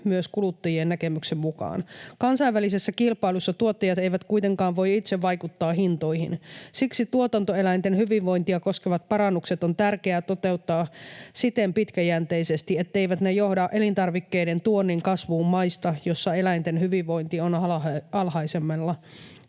myös kuluttajien näkemyksen mukaan. Kansainvälisessä kilpailussa tuottajat eivät kuitenkaan voi itse vaikuttaa hintoihin. Siksi tuotantoeläinten hyvinvointia koskevat parannukset on tärkeää toteuttaa siten pitkäjänteisesti, etteivät ne johda elintarvikkeiden tuonnin kasvuun maista, joissa eläinten hyvinvointi on alhaisemmalla